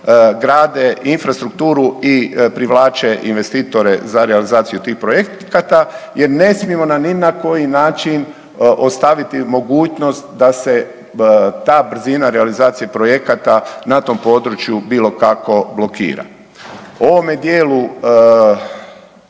grade infrastrukturu i privlače investitore za realizaciju tih projekata jer ne smijemo ni na koji način ostaviti mogućnost da se ta brzina realizacije projekata na tom području bilo kako blokira. U ovome dijelu